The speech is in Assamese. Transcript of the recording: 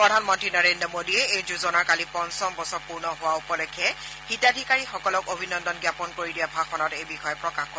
প্ৰধানমন্তী নৰেন্দ্ৰ মোদীয়ে এই যোজনাৰ কালি পঞ্চম বছৰ পূৰ্ণ হোৱা উপলক্ষে হিতাধীকাৰীসকলক অভিনন্দন জ্ঞাপন কৰি দিয়া ভাষণত এই বিষয়ে প্ৰকাশ কৰে